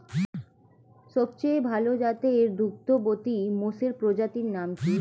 সবচেয়ে ভাল জাতের দুগ্ধবতী মোষের প্রজাতির নাম কি?